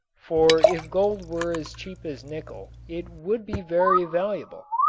for if gold were as cheap as nickel it would be very valuable,